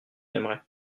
aimerait